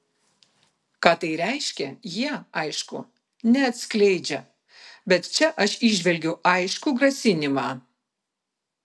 ką tai reiškia jie aišku neatskleidžia bet čia aš įžvelgiu aiškų grasinimą